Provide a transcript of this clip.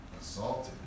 assaulted